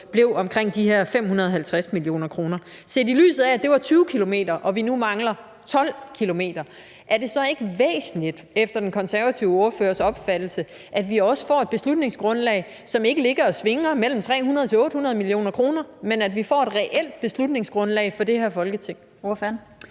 blev omkring 550 mio. kr. Set i lyset af at det var 20 km, og at vi nu mangler 12 km, er det så ikke efter den konservative ordførers opfattelse væsentligt, at vi også får et beslutningsgrundlag, som ikke ligger og svinger mellem 300 og 800 mio. kr., men at vi får et reelt beslutningsgrundlag i det her Folketing?